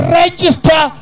register